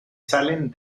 salen